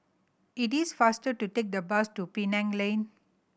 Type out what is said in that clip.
it is faster to take the bus to Penang Lane